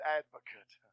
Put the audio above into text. advocate